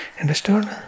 Understood